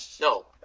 No